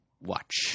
watch